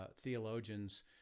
theologians